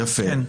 יפה.